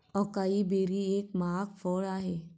acai berry एक महाग फळ आहे